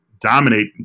dominate